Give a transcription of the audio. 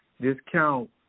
discount